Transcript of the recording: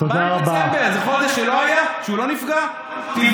זה לא תירוצים, טוב.